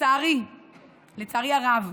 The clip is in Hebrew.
לצערי הרב,